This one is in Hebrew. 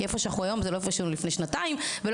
איפה שאנחנו היום זה לא איפה שהיינו לפני שנתיים לא